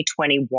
2021